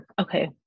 Okay